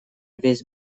весь